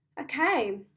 Okay